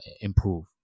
improve